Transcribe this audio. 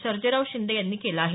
सर्जेराव शिंदे यांनी केलं आहे